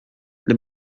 les